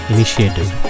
Initiative